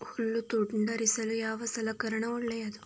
ಹುಲ್ಲು ತುಂಡರಿಸಲು ಯಾವ ಸಲಕರಣ ಒಳ್ಳೆಯದು?